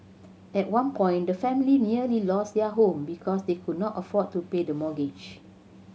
at one point the family nearly lost their home because they could not afford to pay the mortgage